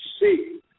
see